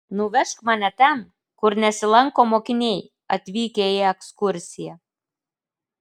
nuvežk mane ten kur nesilanko mokiniai atvykę į ekskursiją